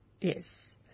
yes